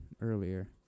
earlier